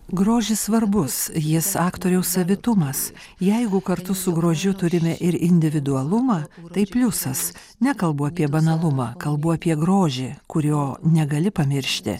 grožis svarbus jis aktoriaus savitumas jeigu kartu su grožiu turime ir individualumą tai pliusas nekalbu apie banalumą kalbu apie grožį kurio negali pamiršti